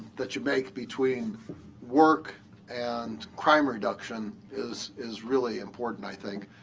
that you make between work and crime reduction is is really important, i think.